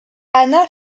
anna